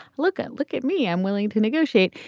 look at look at me. i'm willing to negotiate.